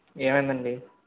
ఏమైందండి